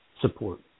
support